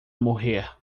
morrer